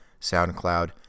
SoundCloud